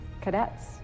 Cadets